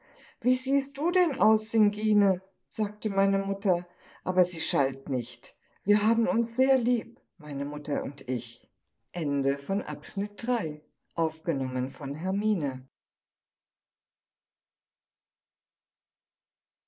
wie siehst du denn aus singine sagte meine mutter aber sie schalt nicht wir haben uns sehr lieb meine mutter und ich